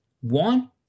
One